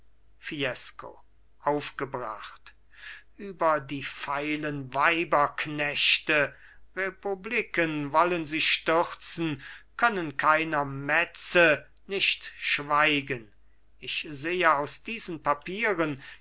fiesco aufgebracht über die feilen weiberknechte republiken wollen sie stürzen können keiner metze nicht schweigen ich sehe aus diesen papieren